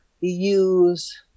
use